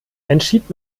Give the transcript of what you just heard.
entschied